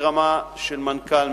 מהרמה של המנכ"ל,